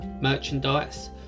merchandise